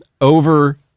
Over